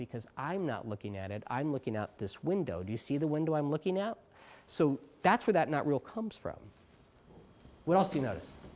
because i'm not looking at it i'm looking out this window do you see the window i'm looking out so that's where that not real comes from what else you kno